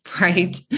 right